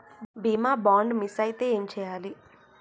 బీమా bond miss అయితే ఏం చేయాలి?